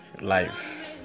life